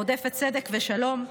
רודפת צדק ושלום,